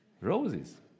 roses